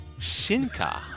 Shinka